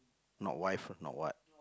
not wife not what